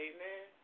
Amen